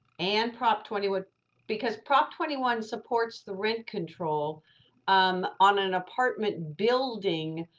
and prop twenty would because prop twenty one supports the rent control um on an apartment building,